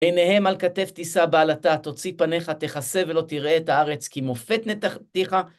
עיניהם על כתף תישא בעלטה, תוציא פניך, תכסה ולא תראה את הארץ, כי מופת נתתיך.